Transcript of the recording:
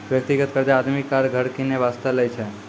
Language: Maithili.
व्यक्तिगत कर्जा आदमी कार, घर किनै बासतें लै छै